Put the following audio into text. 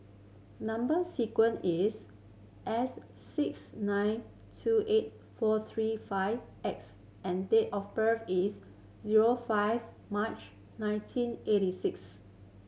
number sequence is S six nine two eight four three five X and date of birth is zero five March nineteen eighty six